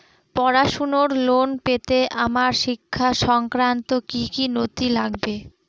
পড়াশুনোর লোন পেতে আমার শিক্ষা সংক্রান্ত কি কি নথি লাগবে?